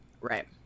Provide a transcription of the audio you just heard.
right